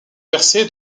percée